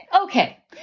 okay